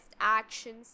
actions